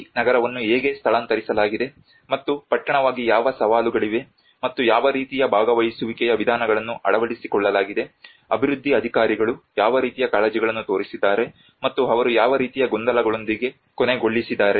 ಇಡೀ ನಗರವನ್ನು ಹೇಗೆ ಸ್ಥಳಾಂತರಿಸಲಾಗಿದೆ ಮತ್ತು ಪಟ್ಟಣವಾಗಿ ಯಾವ ಸವಾಲುಗಳಿವೆ ಮತ್ತು ಯಾವ ರೀತಿಯ ಭಾಗವಹಿಸುವಿಕೆಯ ವಿಧಾನಗಳನ್ನು ಅಳವಡಿಸಿಕೊಳ್ಳಲಾಗಿದೆ ಅಭಿವೃದ್ಧಿ ಅಧಿಕಾರಿಗಳು ಯಾವ ರೀತಿಯ ಕಾಳಜಿಗಳನ್ನು ತೋರಿಸಿದ್ದಾರೆ ಮತ್ತು ಅವರು ಯಾವ ರೀತಿಯ ಗೊಂದಲಗಳೊಂದಿಗೆ ಕೊನೆಗೊಳಿಸಿದ್ದಾರೆ